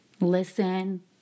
listen